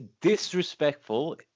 disrespectful